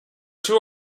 two